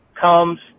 comes